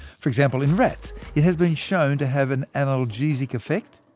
for example, in rats, it has been shown to have an analgesic effect,